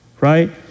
right